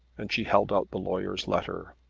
and she held out the lawyer's letter.